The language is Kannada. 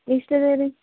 ಎಷ್ಟು ಅದೆ ರೀ